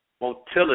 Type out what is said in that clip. motility